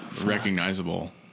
recognizable